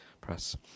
press